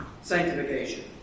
sanctification